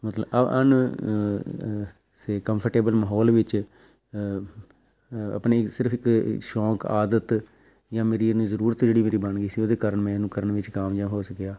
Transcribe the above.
ਮਤਲਬ ਅਨ ਅ ਸੇ ਕੰਮਫਰਟੇਬਲ ਮਾਹੌਲ ਵਿੱਚ ਅ ਆਪਣੀ ਸਿਰਫ਼ ਇੱਕ ਸ਼ੌਕ ਆਦਤ ਜਾਂ ਮੇਰੀ ਇੰਨੀ ਜ਼ਰੂਰਤ ਜਿਹੜੀ ਮੇਰੀ ਬਣ ਗਈ ਸੀ ਉਹਦੇ ਕਾਰਨ ਮੈਨੂੰ ਕਰਨ ਵਿੱਚ ਕਾਮਯਾਬ ਹੋ ਸਕਿਆ